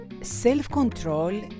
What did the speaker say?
self-control